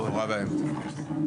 נורא ואיום.